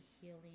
healing